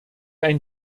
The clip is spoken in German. ein